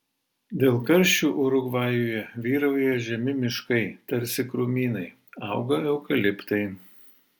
dėl karščių urugvajuje vyrauja žemi miškai tarsi krūmynai auga eukaliptai